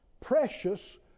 precious